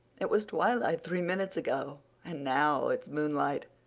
it was twilight three minutes ago and now it's moonlight.